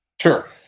Sure